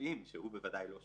יודעים שהוא בוודאי לא שוקל,